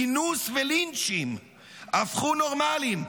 אינוס ולינצ'ים הפכו נורמליים,